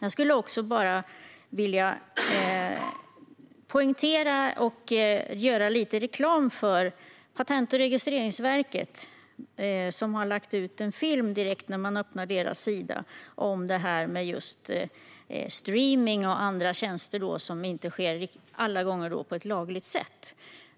Jag skulle också vilja poängtera och göra lite reklam för Patent och registreringsverket, som har lagt ut en film på sin hemsida om detta med streamning och andra tjänster som inte alla gånger sker på ett lagligt sätt.